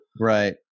Right